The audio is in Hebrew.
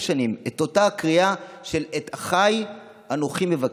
שנים את אותה קריאה של "את אחי אנכי מבקש".